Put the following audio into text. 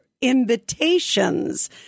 invitations